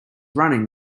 running